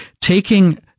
Taking